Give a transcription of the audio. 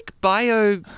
Bio